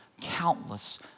countless